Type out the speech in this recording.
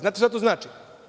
Znate šta to znači?